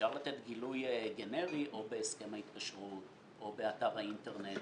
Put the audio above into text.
אפשר לתת גילוי גנרי או בהסכם ההתקשרות או באתר האינטרנט